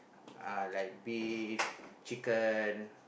uh like beef chicken